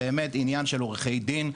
באמת עניין של עורכי דין,